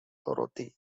dorothy